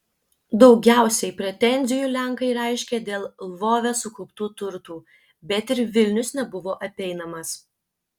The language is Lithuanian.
daugiausiai pretenzijų lenkai reiškė dėl lvove sukauptų turtų bet ir vilnius nebuvo apeinamas